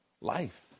life